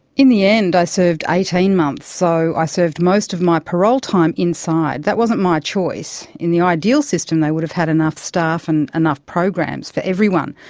in the end i served eighteen months, so i served most of my parole time inside. that wasn't my choice. in the ideal system they would have had enough staff and enough programs for everyone,